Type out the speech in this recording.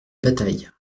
bataille